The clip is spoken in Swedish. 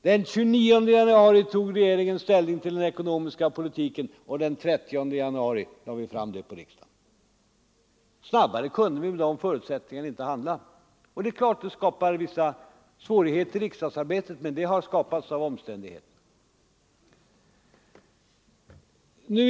Den 29 januari tog regeringen ställning till den ekonomiska politiken, och den 30 januari lade vi fram vår politik för riksdagen. Snabbare kunde vi under de förutsättningarna inte handla. Naturligtvis skapar det vissa svårigheter i riksdagsarbetet, men det beror på omständigheterna.